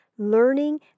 learning